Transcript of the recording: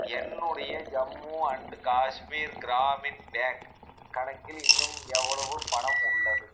என்னுடைய Jammu and Kashmir Grameen bank கணக்கில் இன்னும் எவ்வளவு பணம் உள்ளது